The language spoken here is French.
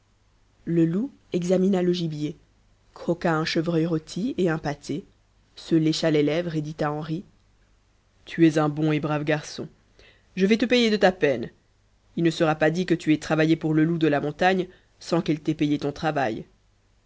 le loup examina le gibier croqua un chevreuil rôti et un pâté se lécha les lèvres et dit à henri tu es un bon et brave garçon je vais te payer de ta peine il ne sera pas dit que tu aies travaillé pour le loup de la montagne sans qu'il t'ait payé ton travail